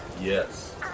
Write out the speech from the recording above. yes